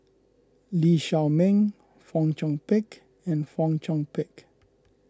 Lee Shao Meng Fong Chong Pik and Fong Chong Pik